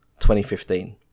2015